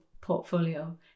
portfolio